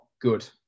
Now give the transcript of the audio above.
good